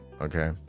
okay